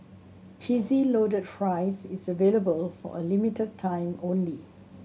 Cheesy Loaded Fries is available for a limited time only